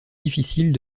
difficile